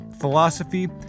philosophy